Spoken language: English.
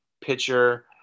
pitcher